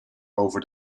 over